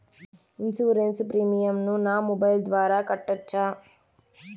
Insurance premium ను నా mobile ద్వారా కట్టొచ్చా?